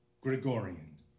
Gregorian